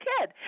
kid